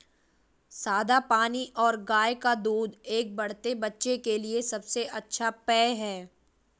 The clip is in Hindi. सादा पानी और गाय का दूध एक बढ़ते बच्चे के लिए सबसे अच्छा पेय हैं